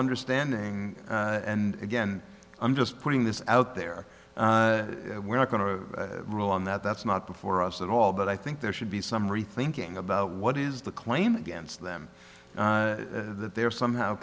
understanding and again i'm just putting this out there we're not going to rule on that that's not before us at all but i think there should be some rethinking about what is the claim against them that they're somehow